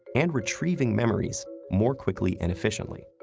and retrieving memories more quickly and efficiently.